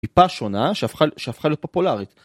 טיפה שונה שהפכה להיות פופולרית.